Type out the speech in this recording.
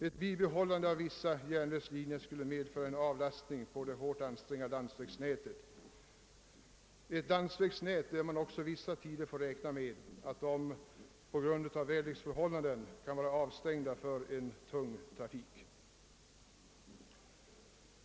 Ett bibehållande av vissa järnvägslinjer skulle medföra en avlastning på det hårt ansträngda landsvägsnätet, som man vissa tider också får räkna med måste avstängas för tung trafik på grund av väderleksförhållandena.